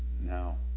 Now